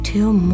Till